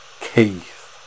Keith